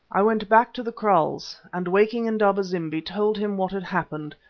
i went back to the kraals, and, waking indaba-zimbi, told him what had happened,